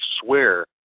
swear